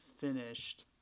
finished